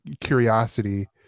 curiosity